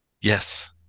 yes